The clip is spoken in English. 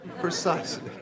Precisely